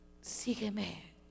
Sígueme